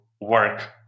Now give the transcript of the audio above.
work